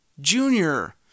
Junior